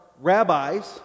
rabbis